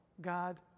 God